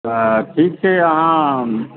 अच्छा ठीक छै अहाँ